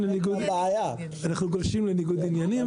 אנחנו גולשים לניגוד עניינים,